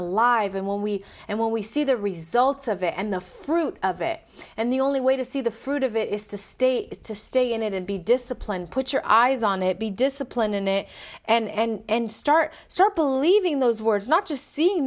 alive and when we and when we see the results of it and the fruit of it and the only way to see the fruit of it is to stay to stay in it and be disciplined put your eyes on it be disciplined in it and start so believing those words not just seeing